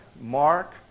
mark